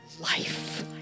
life